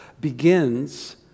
begins